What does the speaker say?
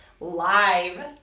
live